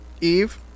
Eve